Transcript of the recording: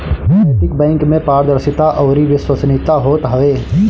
नैतिक बैंक में पारदर्शिता अउरी विश्वसनीयता होत हवे